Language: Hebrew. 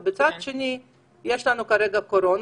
ומצד שני יש לנו כרגע קורונה,